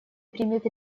примет